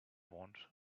want